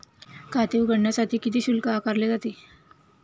खाते उघडण्यासाठी किती शुल्क आकारले जाते?